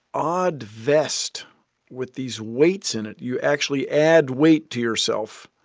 odd vest with these weights in it. you actually add weight to yourself,